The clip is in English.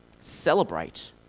celebrate